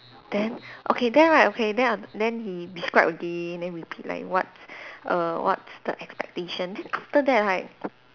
then okay then right okay then then he describe again then repeat like what's err what's the expectation then after that right